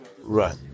right